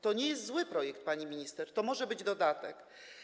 To nie jest zły projekt, pani minister, to może być dodatek.